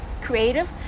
creative